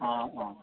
অঁ অঁ